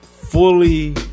Fully